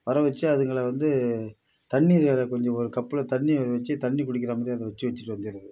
வர வெச்சு அதுங்களை வந்து தண்ணி கொஞ்ச ஒரு கப்பில் தண்ணி வெச்சு தண்ணி குடிக்கிற மாதிரி அதை வெச்சு வெச்சுட்டு வந்துடுறது